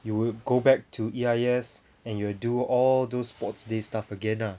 you will go back to E_I_S and you will do all those sports day stuff again lah